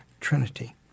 trinity